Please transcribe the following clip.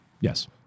Yes